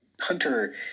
Hunter